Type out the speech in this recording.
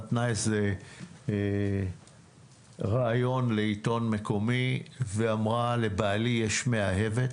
נתנה איזה ראיון לעיתון מקומי ואמרה לבעלי יש מאהבת,